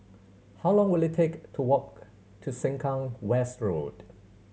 how long will it take to walk to Sengkang West Road